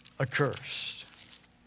accursed